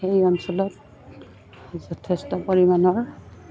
সেই অঞ্চলত যথেষ্ট পৰিমাণৰ